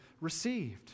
received